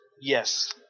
Yes